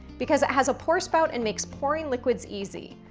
because it has a poor spout and makes pouring liquids easy.